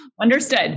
understood